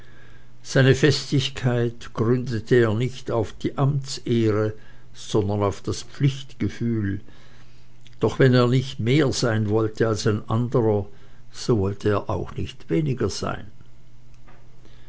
seine festigkeit gründete er nicht auf die amtsehre sondern auf das pflichtgefühl doch wenn er nicht mehr sein wollte als ein anderer so wollte er auch nicht weniger sein